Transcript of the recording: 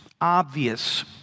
obvious